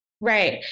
right